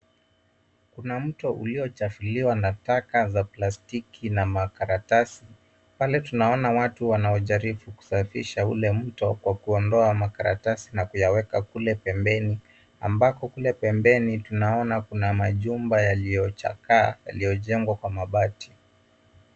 Kuna mto uliochafuliwa na taka za plastiki na makaratasi. Pale tunaona watu wanaojaribu kusafisha ule mto kwa kuondoa makaratasi na kuyaweka kule pembeni. Ambapo kule pembeni tunaona kuna majumba yaliyochakaa yaliyojengwa kwa mabati.